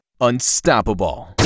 unstoppable